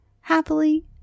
happily